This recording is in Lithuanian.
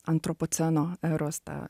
antropoceno eros tą